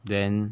then